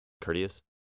courteous